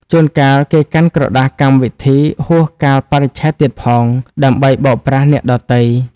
ជួនកាលគេកាន់ក្រដាសកម្មវិធីហួសកាលបរិច្ឆេទទៀតផង ដើម្បីបោកប្រាស់អ្នកដទៃ។